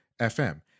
FM